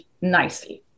nicely